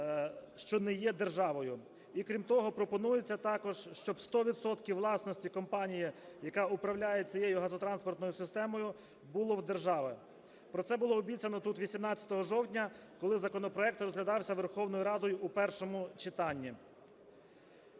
що не є державою. І, крім того, пропонується також, щоб 100 відсотків власності компанії, яка управляє цією газотранспортною системою, було у держави. Про це було обіцяно тут 18 жовтня, коли законопроект розглядався Верховною Радою у першому читанні.